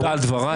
דבריך